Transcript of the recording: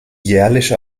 jährliche